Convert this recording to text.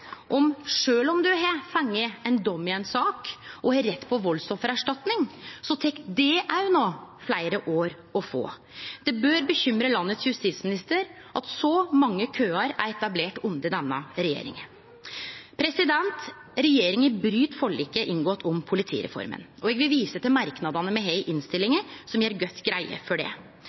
om ein har fått dom i ei sak og har rett på valdsoffererstatning, tek det fleire år å få. Det bør bekymre justisministeren at så mange køar er etablerte under denne regjeringa. Regjeringa bryt forliket som er inngått om politireforma. Eg vil vise til merknadene me har i innstillinga, som gjer godt greie for det.